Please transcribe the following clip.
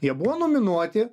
jie buvo nominuoti